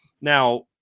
Now